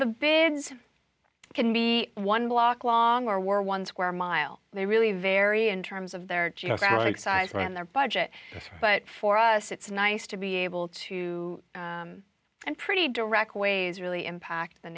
the bid can be one block long or one square mile they really vary in terms of their geographic size and their budget but for us it's nice to be able to and pretty direct ways really impact the